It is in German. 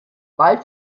bald